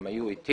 הן היו איתי.